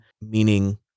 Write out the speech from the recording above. meaning